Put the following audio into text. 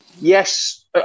Yes